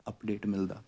update ਮਿਲਦਾ